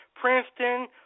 Princeton